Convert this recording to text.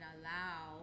allow